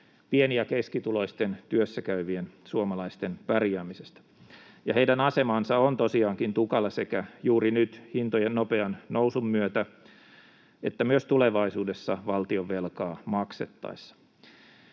pieni- ja keskituloisten, työssäkäyvien suomalaisten pärjäämisestä, ja heidän asemansa on tosiaankin tukala sekä juuri nyt hintojen nopean nousun myötä että myös tulevaisuudessa valtionvelkaa maksettaessa.